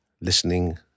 listening